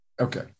Okay